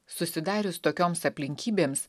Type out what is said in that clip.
susidarius tokioms aplinkybėms